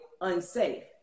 unsafe